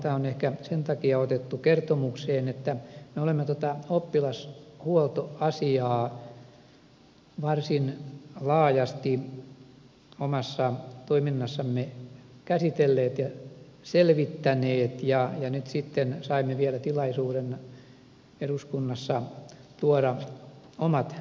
tämä on ehkä sen takia otettu kertomukseen että me olemme oppilashuoltoasiaa varsin laajasti omassa toiminnassamme käsitelleet ja selvittäneet ja nyt sitten saimme vielä tilaisuuden eduskunnassa tuoda omat